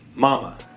Mama